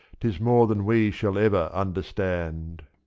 tis more than we shall ever understand.